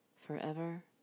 forever